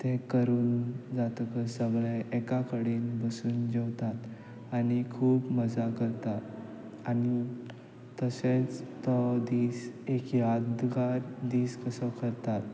ते करून जातकच सगळे एका कडेन बसून जेवतात आनी खूब मजा करता आनी तशेंच तो दीस एक यादगार दीस कसो करतात